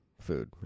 food